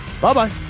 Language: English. Bye-bye